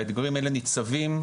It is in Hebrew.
האתגרים האלה ניצבים,